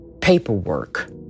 paperwork